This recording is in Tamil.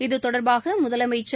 இது தொடர்பாக முதலமைச்சர்